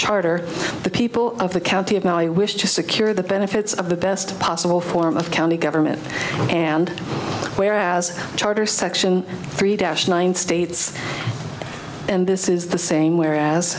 charter the people of the county of now i wish to secure the benefits of the best possible form of county government and whereas charter section three dash nine states and this is the same where as